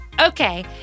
okay